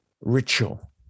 ritual